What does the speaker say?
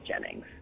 Jennings